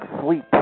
sleep